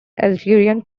algerian